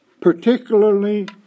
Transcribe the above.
particularly